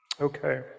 Okay